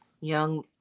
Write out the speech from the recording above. young